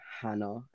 Hannah